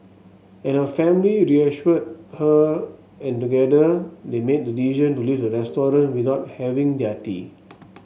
and her family reassured her and together they made the decision to leave the restaurant without having their tea